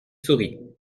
souris